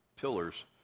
pillars